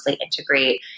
integrate